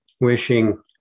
wishing